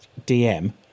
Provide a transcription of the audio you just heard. DM